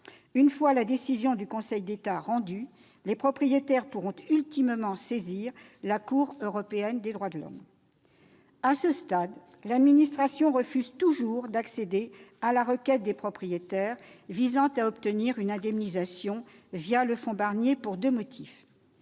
Une fois la décision du Conseil d'État rendue, les propriétaires pourront ultimement saisir la Cour européenne des droits de l'homme. À ce stade, l'administration refuse toujours d'accéder à la requête des propriétaires visant à obtenir une indemnisation le fonds Barnier, pour deux motifs